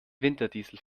winterdiesel